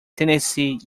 tennessee